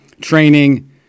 training